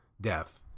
death